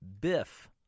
Biff